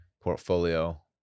portfolio